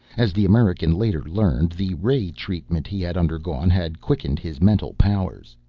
as the american later learned, the ray treatment he had undergone had quickened his mental powers,